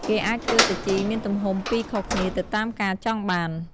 គេអាចធ្វើសាជីមានទំហំពីរខុសគ្នាទៅតាមការចង់បាន។